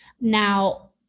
Now